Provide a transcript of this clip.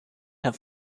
have